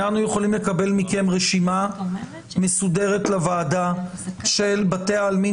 האם אנחנו יכולים לקבל מכם רשימה מסודרת לוועדה של בתי העלמין